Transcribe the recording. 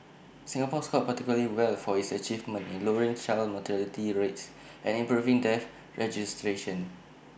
Singapore scored particularly well for its achievements in lowering child mortality rates and improving death registration